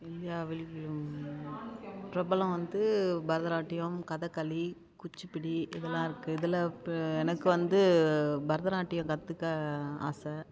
இந்தியாவில் பிரபலம் வந்து பரதநாட்டியம் கதக்களி குச்சிப்புடி இதெல்லாம் இருக்குது இதில் இப்போ எனக்கு வந்து பரதநாட்டியம் கற்றுக்க ஆசை